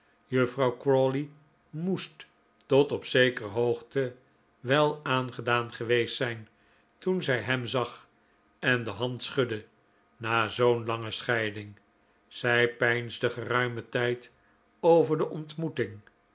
juffrouw crawley moest tot op zekere hoogte wel aangedaan geweest zijn toen zij hem zag en de hand schudde na zoo'n lange scheiding zij peinsde geruimen tijd over de ontmoeting